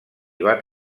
van